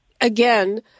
again